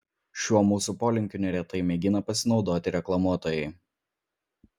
šiuo mūsų polinkiu neretai mėgina pasinaudoti reklamuotojai